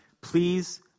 please